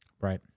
right